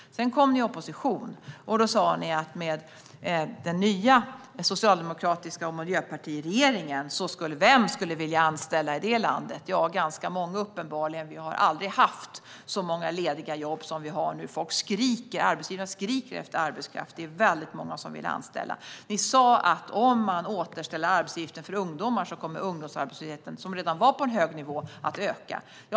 Sedan kom ni i opposition, och då sa ni: Vem skulle vilja anställa i det här landet med den nya, socialdemokratiska och miljöpartistiska regeringen? Ja, ganska många uppenbarligen. Vi har aldrig haft så många lediga jobb som vi har nu. Arbetsgivarna skriker efter arbetskraft; det är väldigt många som vill anställa. Ni sa att om man återställer arbetsgivaravgiften för ungdomar kommer ungdomsarbetslösheten, som redan var på en hög nivå, att öka.